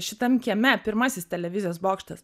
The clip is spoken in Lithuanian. šitam kieme pirmasis televizijos bokštas